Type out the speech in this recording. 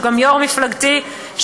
שהוא גם יושב-ראש מפלגתי,